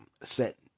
set